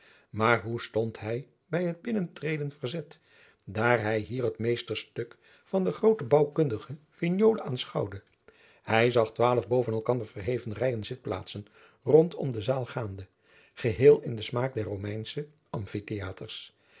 maar hoe stond hij bij het binnentreden verzet daar hij hier het meesterstuk van den grooten bouwkundige vignole aanschouwde hij zag twaalf boven elkander verheven rijen zitplaatsen rondom de zaal gaande geheel in den smaak der romeinsche